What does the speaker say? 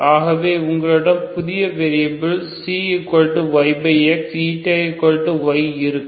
ஆகவே உங்களிடம் புது வெரியபில் ξyx y இருக்கும்